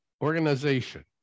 organization